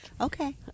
Okay